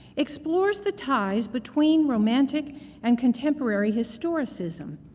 explores the ties between romantic and contemporary historicism.